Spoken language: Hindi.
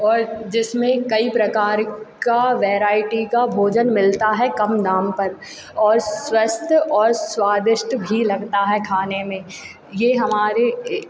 और जिसमें कई प्रकार का वेरायटी का भोजन मिलता है कम दाम पर और स्वस्थ और स्वादिष्ट भी लगता है खाने में ये हमारे